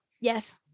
yes